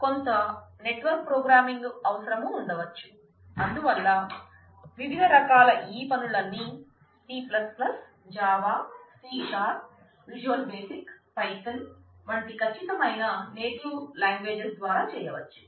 కొంత network programming ద్వారా చేయవచ్చు